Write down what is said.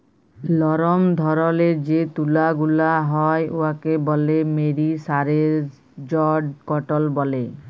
লরম ধরলের যে তুলা গুলা হ্যয় উয়াকে ব্যলে মেরিসারেস্জড কটল ব্যলে